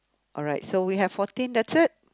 alright so we have fourteen that's it